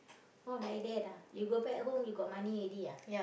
oh like that ah you go back home you got money already ah